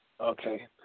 Okay